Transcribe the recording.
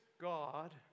God